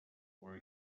were